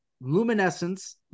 luminescence